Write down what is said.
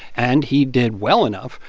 and he did well enough.